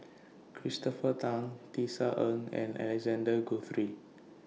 Christopher Tan Tisa Ng and Alexander Guthrie